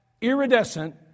iridescent